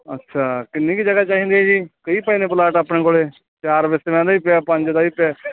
ਅੱਛਾ ਕਿੰਨੀ ਕੁ ਜਗ੍ਹਾ ਚਾਹੀਦੀ ਹੈ ਜੀ ਕਈ ਪਏ ਨੇ ਪਲਾਟ ਆਪਣੇ ਕੋਲ ਚਾਰ ਦਾ ਵੀ ਪਿਆ ਪੰਜ ਦਾ ਪਿਆ